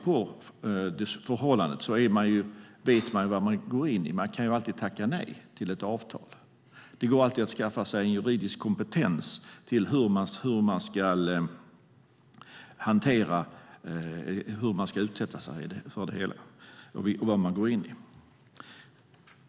Man vet vad man går in i. Man kan alltid tacka nej till ett avtal. Det går alltid att skaffa sig juridisk kompetens för hur man ska hantera det hela och vad man går in i.